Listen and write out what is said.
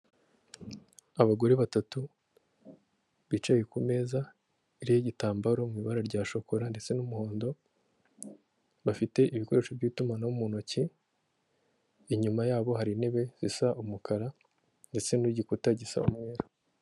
Abagore batatu bicaye ku meza iriho igitambaro mu ibara rya shokora ndetse n'umuhondo, bafite ibikoresho by'itumanaho mu ntoki, inyuma yabo hari intebe zisa umukara ndetse n'igikuta gisa umwera.